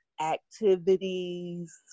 activities